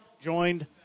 joined